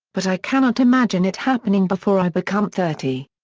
but i cannot imagine it happening before i become thirty.